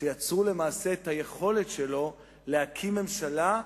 שיצרו למעשה את היכולת שלו להקים ממשלה,